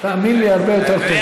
תאמין לי, הרבה יותר טוב.